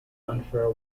unfair